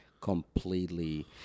completely